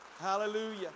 Hallelujah